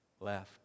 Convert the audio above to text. left